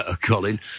Colin